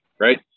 right